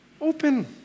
Open